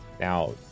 Now